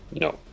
no